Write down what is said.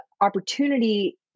opportunity